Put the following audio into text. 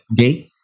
Okay